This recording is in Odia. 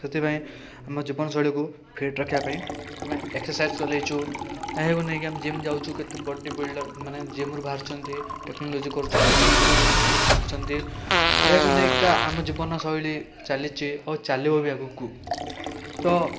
ସେଥିପାଇଁ ଆମ ଜୀବନଶୈଳୀକୁ ଫିଟ୍ ରଖିବା ପାଇଁ ଆମେ ଏକ୍ସରସାଇଜ ଚଲେଇଛୁ ଏହାକୁ ନେଇକି ଆମେ ଜିମ୍ ଯାଉଛୁ କେତେ ବଡ଼ିବିଲ୍ଡର ମାନେ ଜିମରୁରୁ ବାହାରୁଛନ୍ତି ଟେକ୍ନୋଲୋଜି କରୁଛନ୍ତି ଟେକ୍ନୋଲୋଜିରୁ ହିଁ ସବୁ ଶିଖୁଛନ୍ତି ଏହାକୁ ନେଇକା ଆମ ଜୀବନଶୈଳୀ ଚାଲିଛି ଓ ଚାଲିବ ବି ଆଗକୁ ତ